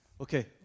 Okay